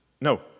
No